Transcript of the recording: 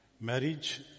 marriage